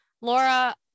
Laura